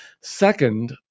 Second